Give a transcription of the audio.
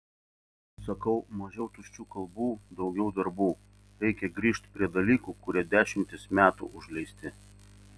sakau mažiau tuščių kalbų daugiau darbų reikia grįžt prie dalykų kurie dešimtis metų užleisti